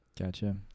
gotcha